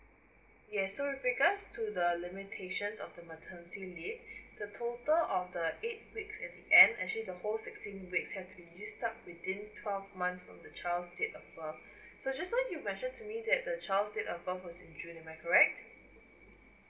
yes so with regards to the limitation of the maternity leave the total of the eight weeks at the end actually the whole sixteen weeks has to be used up within twelve months from the child's date of birth so just now you mentioned to me that the child's date of birth was in june am I correct